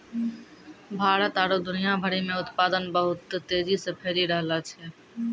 भारत आरु दुनिया भरि मे उत्पादन बहुत तेजी से फैली रैहलो छै